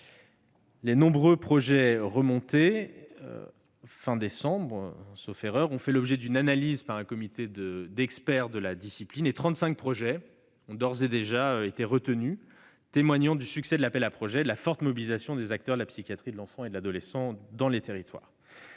Les nombreux projets remontés à la fin du mois de décembre, sauf erreur de ma part, ont fait l'objet d'une analyse par un comité d'experts de la discipline et 35 projets ont d'ores et déjà été retenus, témoignant du succès de l'appel à projets et de la forte mobilisation des acteurs de la psychiatrie de l'enfant et de l'adolescent dans les territoires.